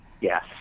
yes